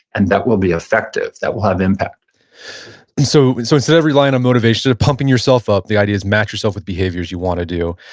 and that will be effective, that will have impact and so so instead of relying on motivation, pumping yourself up, the idea is match yourself with behaviors you want to do.